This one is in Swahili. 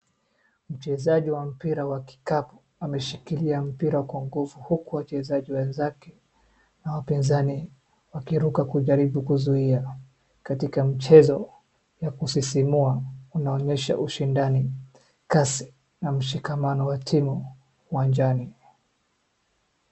Mchezaji wa mpira wa kikapu ameshikilia mpira kwa nguvu huku wachezaji wenzake na wapinzani wakiruka kujaribu kuzuia, katika mchezo ya kusisimua. Unaonyesha ushindani kasi na mshikamano wa timu uwanjani.